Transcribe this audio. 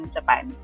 Japan